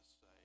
say